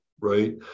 Right